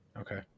okay